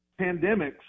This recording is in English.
pandemics